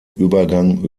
übergang